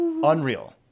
Unreal